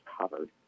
covered